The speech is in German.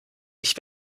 ich